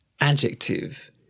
Adjective